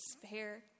despair